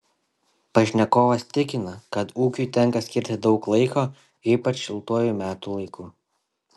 pašnekovas tikina kad ūkiui tenka skirti daug laiko ypač šiltuoju metų laiku